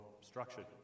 structured